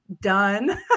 done